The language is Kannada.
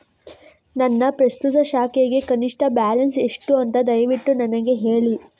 ನನ್ನ ಪ್ರಸ್ತುತ ಖಾತೆಗೆ ಕನಿಷ್ಠ ಬ್ಯಾಲೆನ್ಸ್ ಎಷ್ಟು ಅಂತ ದಯವಿಟ್ಟು ನನಗೆ ಹೇಳಿ